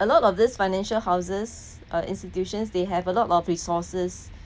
a lot of this financial houses uh institutions they have a lot of resources